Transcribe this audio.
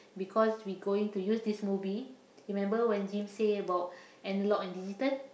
because we going to use this movie remember when James say about analog and digital